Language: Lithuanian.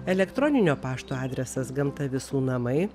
elektroninio pašto adresas gamta visų namai